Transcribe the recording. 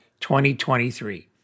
2023